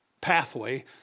pathway